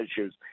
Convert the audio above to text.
issues